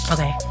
Okay